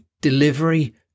delivery